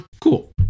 Cool